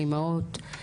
של אימהות,